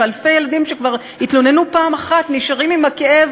ואלפי ילדים שכבר התלוננו פעם אחת נשארים עם הכאב,